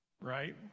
right